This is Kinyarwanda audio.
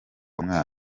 umwana